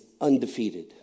undefeated